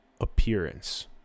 appearance